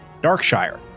Darkshire